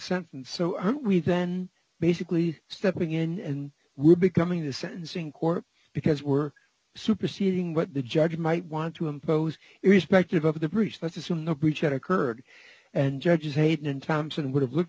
sentence so are we then basically stepping in and we're becoming the sentencing court because we're superseding what the judge might want to impose irrespective of the breach let's assume no breach at occurred and judge hayden thompson would have looked